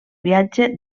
viatge